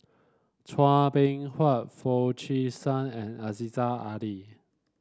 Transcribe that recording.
Chua Beng Huat Foo Chee San and Aziza Ali